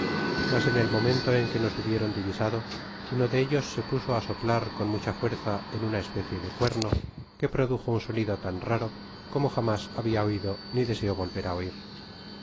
mas en el momento en que nos hubieron divisado uno de ellos se puso á soplar con mucha fuerza en una especie de cuerno que produjo un sonido tan raro como jamás habia oido ni deseo volver á oir